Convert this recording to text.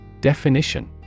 Definition